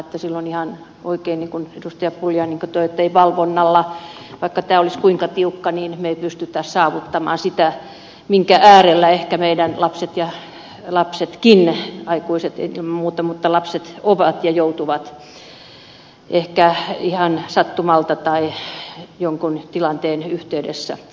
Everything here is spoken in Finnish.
pulliainen ihan oikein toi esiin emme valvonnalla vaikka tämä olisi kuinka tiukka pysty saavuttamaan sitä minkä äärellä ehkä meidän lapsemmekin aikuiset ilman muuta mutta lapsemmekin ovat ja joutuvat olemaan ehkä ihan sattumalta tai jonkun tilanteen yhteydessä